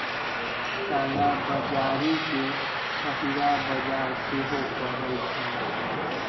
कला बजारी के छहिरा बजार सेहो कहइ छइ